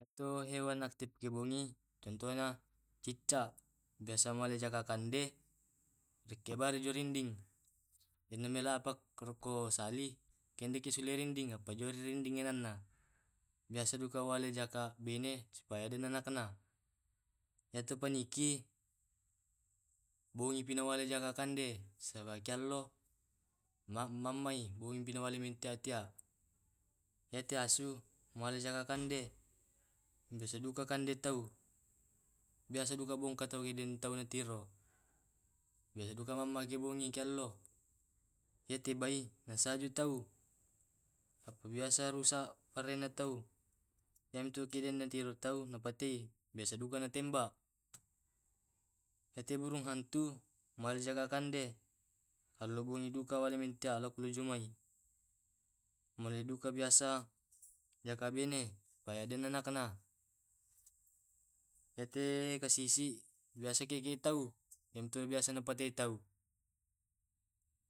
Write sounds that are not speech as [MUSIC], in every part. Yamto hewan aktip ke bongi contohnya cicak, biasa male jaka kande rekkebale jo dinding. Inna melapak ruko sali kende ki sulo rinding appa jole rinding ananna. Biasa duka wale jaka bene supaya dena nakenna. Yaitu paniki bunyi pi wale jaka kande saba ki allo ma [HESITATION] mamma i buin pi wale min tia tia. Yate asu male jaka kande biasa duka kande tau biasa duka bung kato iden tau na tiro biasa duka mamma ki bungi ke allo. Yate bai sa ju tau apa biasa rusak parena tau. Yam tu kedenna til tau napetei biasa duka na tembak. Yate burung hantu male jaka kande allo bungi duka walemin tia laku jo mai. Male duka biasa jaka bene supaya adekna na kena. Yate kasisi biasa kege tau yamto biasa patei tau.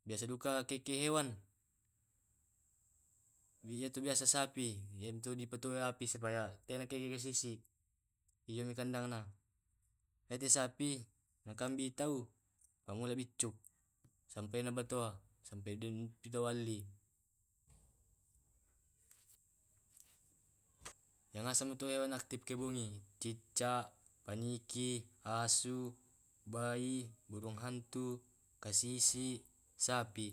Biasa duka kekki hewan. Yetu biasa sapi yetu di patoi api supaya tena ki ke sissi iyo mi kandangna. Yete sapi na kambi tau pamula biccu sampena batoa sampe deng duda walli. [NOISE] Na ngasang mi hewan aktif ke bumi cicak, paniki, asu, bai, burung hantu, kasisi, sapi.